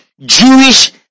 Jewish